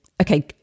Okay